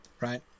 right